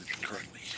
currently